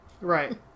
Right